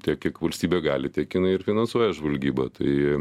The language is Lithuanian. tiek kiek valstybė gali tiek jinai ir finansuoja žvalgybą tai